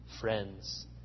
friends